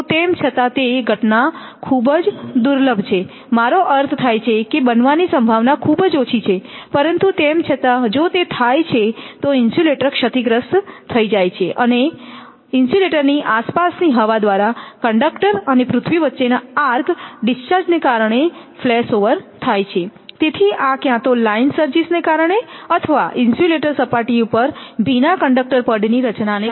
તેમ છતાં તે ઘટના ખૂબ જ દુર્લભ છે મારો અર્થ થાય છે કે બનવાની સંભાવના ખૂબ ઓછી છે પરંતુ તેમ છતાં જો તે થાય છે તો ઇન્સ્યુલેટર ક્ષતિગ્રસ્ત થઈ જાય છે બરાબર અને ઇન્સ્યુલેટરની આસપાસની હવા દ્વારા કંડક્ટર અને પૃથ્વી વચ્ચેના આર્ક ડિસ્ચાર્જ ને કારણે ફ્લેશ ઓવર થાય છે તેથી આ ક્યાં તો લાઈન સર્જીસ ને કારણે અથવા ઇન્સ્યુલેટર સપાટી પર ભીના કંડકટર પડ ની રચનાને કારણે થાય છે